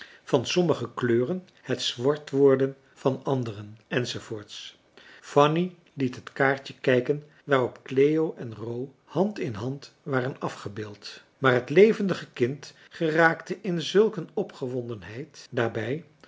van sommige kleuren het zwart worden van anderen enzoovoorts fanny liet het kaartje kijken waarop cleo en ro hand in hand waren afgebeeld maar het levendige kind geraakte in zulk een opgewondenheid daarbij